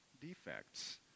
defects